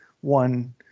one